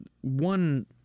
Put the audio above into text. one